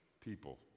people